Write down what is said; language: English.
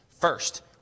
First